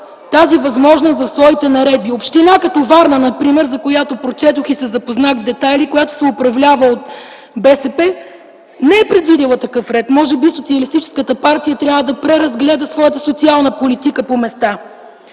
тази възможност за своите наредби. Община като Варна например, за което прочетох и се запознах с детайли и която се управлява от БСП, не е предвидила такъв ред. Може би Социалистическата партия трябва да преразгледа своята социална политика по места.